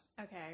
Okay